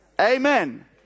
Amen